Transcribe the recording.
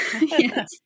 yes